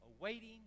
awaiting